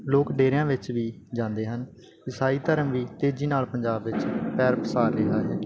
ਲੋਕ ਡੇਰਿਆਂ ਵਿੱਚ ਵੀ ਜਾਂਦੇ ਹਨ ਇਸਾਈ ਧਰਮ ਵੀ ਤੇਜ਼ੀ ਨਾਲ ਪੰਜਾਬ ਵਿੱਚ ਪੈਰ ਪਸਾਰ ਰਿਹਾ ਹੈ